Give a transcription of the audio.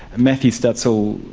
matthew stutsel,